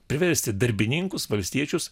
priversti darbininkus valstiečius